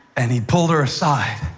and he pulled her aside.